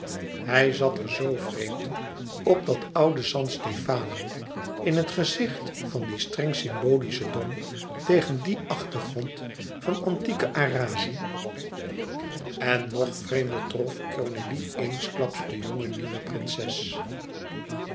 hij zat er zoo vreemd op dat oude san stefano in het gezicht van dien streng symbolischen dom tegen dien achtergrond van antieke arazzi en nog vreemder trof cornélie eensklaps de jonge nieuwe prinses